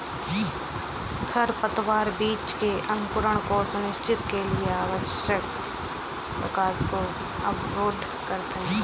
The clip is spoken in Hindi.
खरपतवार बीज के अंकुरण को सुनिश्चित के लिए आवश्यक प्रकाश को अवरुद्ध करते है